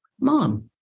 mom